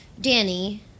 Danny